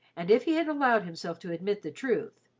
and if he had allowed himself to admit the truth,